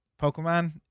Pokemon